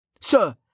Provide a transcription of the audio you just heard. Sir